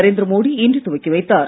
நரேந்திர மோடி இன்று துவக்கி வைத்தார்